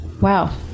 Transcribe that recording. wow